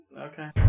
Okay